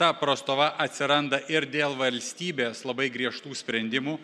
ta prastova atsiranda ir dėl valstybės labai griežtų sprendimų